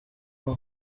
inka